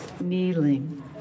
kneeling